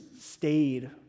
stayed